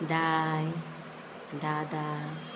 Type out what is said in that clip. दाय दादा